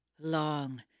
long